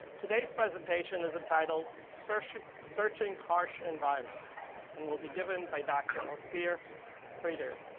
today's presentation is entitled searching searching harsh environments and will be given by dr. ophir frieder.